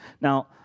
Now